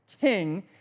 king